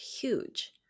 huge